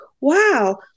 Wow